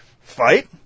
fight